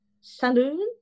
saloon